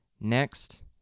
next